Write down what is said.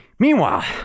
Meanwhile